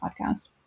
podcast